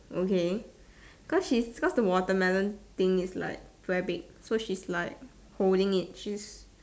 okay cause she cause the watermelon thing is like very big so she's like holding it she's